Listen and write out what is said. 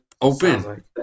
open